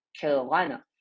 Carolina